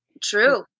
True